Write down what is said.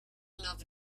love